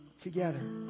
Together